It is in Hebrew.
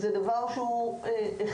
ולא באיזה מקום תחום ומסוגר,